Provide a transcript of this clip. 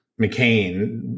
McCain